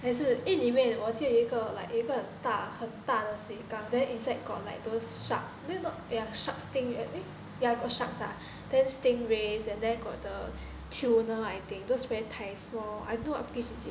还是 eh 里面我记得有一个 like 有一个很大很大的水缸 then inside got like those shark eh not ya shark things right got sharks ah then stingrays and then got the tuna I think those very tiny small I don't know what fish is it